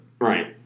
Right